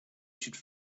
should